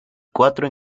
cuatro